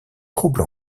trouble